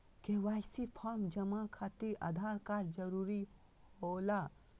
KYC form जमा खातिर Aadhaar card जरूरी होला?